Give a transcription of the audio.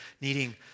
needing